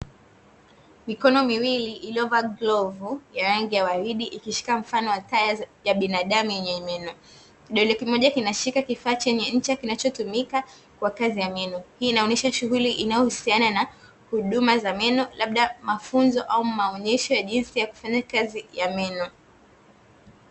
Mikono miwili iliyovaa glovu ya rangi ya uwaridi ikishika mfano wa taya ya binadamu yenye meno. Kidole kimoja kinashika kifaa chenye ncha kinachotumika kwa kazi ya meno. Hii inaonyesha shughuli inayohusiana na huduma za meno, labda mafunzo au maonyesho ya jinsi ya kufanya kazi ya meno.